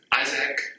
Isaac